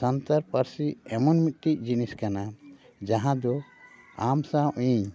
ᱥᱟᱱᱛᱟᱲ ᱯᱟᱹᱨᱥᱤ ᱮᱢᱚᱱ ᱢᱤᱫᱴᱟᱝ ᱡᱤᱱᱤᱥ ᱠᱟᱱᱟ ᱡᱟᱦᱟᱸ ᱫᱚ ᱟᱢ ᱥᱟᱶ ᱤᱧ